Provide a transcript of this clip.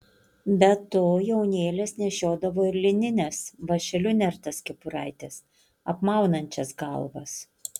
be to jaunėlės nešiodavo ir linines vąšeliu nertas kepuraites apmaunančias galvas